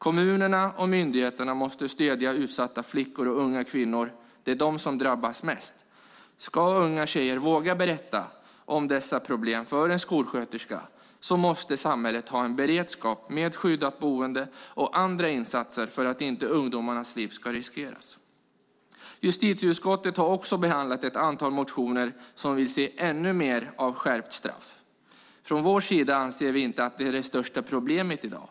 Kommunerna och myndigheterna måste stödja utsatta flickor och unga kvinnor. Det är de som drabbas mest. Ska unga tjejer våga berätta om dessa problem för en skolsköterska måste samhället ha en beredskap med skyddat boende och andra insatser för att inte ungdomarnas liv ska riskeras. Justitieutskottet har också behandlat ett antal motioner som vill se ännu mer av skärpta straff. Vi anser inte att det är det största problemet i dag.